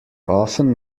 often